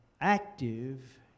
active